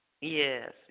Yes